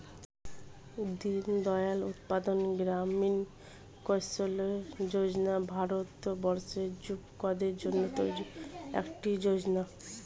দিনদয়াল উপাধ্যায় গ্রামীণ কৌশল্য যোজনা ভারতবর্ষের যুবকদের জন্য তৈরি একটি যোজনা